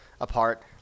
apart